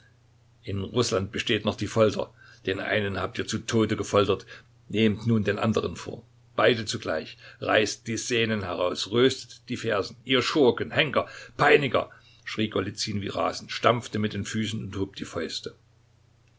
in rußland besteht noch die folter den einen habt ihr zu tode gefoltert nehmt nun den anderen vor beide zugleich reißt die sehnen heraus röstet die fersen ihr schurken henker peiniger schrie golizyn wie rasend stampfte mit den füßen und hob die fäuste